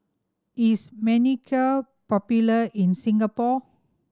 is Manicare popular in Singapore